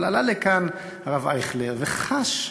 אבל עלה לכאן הרב אייכלר וחש,